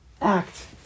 act